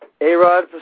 A-Rod